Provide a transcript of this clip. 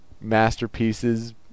masterpieces